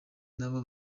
nabo